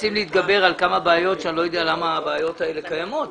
מנסים להתגבר על כמה בעיות שאני לא יודע למה הבעיות האלה קיימות,